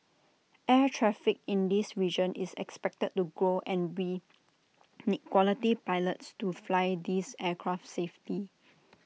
air traffic in this region is expected to grow and we need quality pilots to fly these aircraft safely